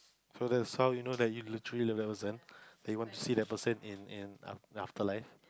so that's how know that you literally love that person that you want to see that person in in um the afterlife